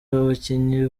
abakinnyi